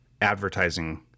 advertising